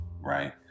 right